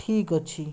ଠିକ୍ ଅଛି